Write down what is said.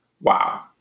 Wow